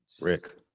Rick